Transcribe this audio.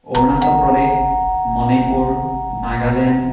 Arunachal Pradesh Manipur Nagaland